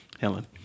Helen